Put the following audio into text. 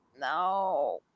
no